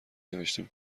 نوشتین